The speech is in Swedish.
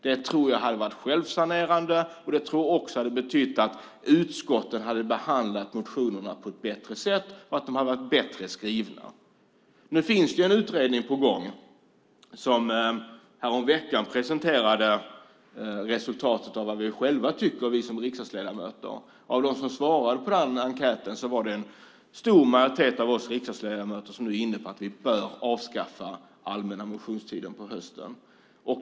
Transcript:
Jag tror att det hade varit självsanerande och att det hade betytt att utskotten behandlat motionerna på ett bättre sätt och att de varit bättre skrivna. Nu finns det en utredning på gång som häromveckan presenterade resultatet av vad vi riksdagsledamöter själva tycker. Av dem som svarade på den enkäten var det en stor majoritet av oss riksdagsledamöter som var inne på att vi bör avskaffa den allmänna motionstiden på hösten.